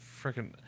freaking